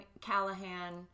Callahan